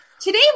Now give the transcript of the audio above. Today